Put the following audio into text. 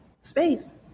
space